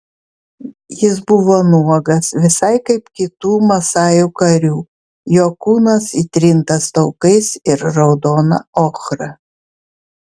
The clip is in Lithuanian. jis buvo nuogas visai kaip kitų masajų karių jo kūnas įtrintas taukais ir raudona ochra